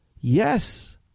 yes